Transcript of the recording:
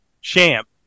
Champ